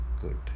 good